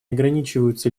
ограничиваются